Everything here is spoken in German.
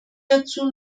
dazu